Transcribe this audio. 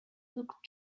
look